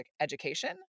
education